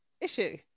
issue